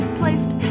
placed